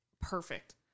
perfect